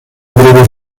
breve